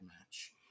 match